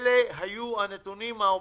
אלה היו הנתונים האופטימיים.